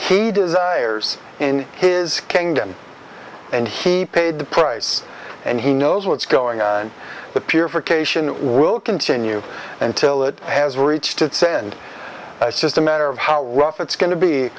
he desires in his kingdom and he paid the price and he knows what's going on the purification will continue until it has reached its end just a matter of how rough it's going to be